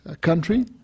country